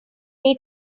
need